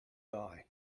die